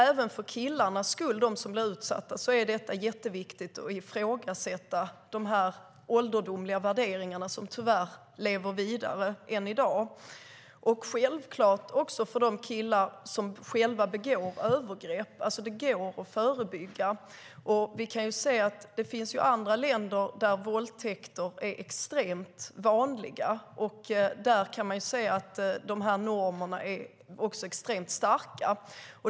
Även för killarnas skull, de som blir utsatta, är det jätteviktigt att ifrågasätta de ålderdomliga värderingarna som tyvärr lever vidare än i dag. Det är självklart viktigt också för de killar som begår övergrepp. Det går att förebygga. Det finns andra länder där våldtäkter är extremt vanliga. Där kan man också se att de här normerna är extremt starka.